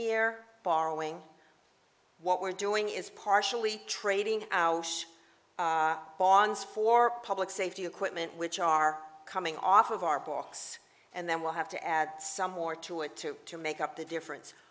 year borrowing what we're doing is partially trading our bonds for public safety equipment which are coming off of our books and then we'll have to add some more to it too to make up the difference